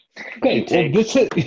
Okay